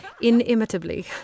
inimitably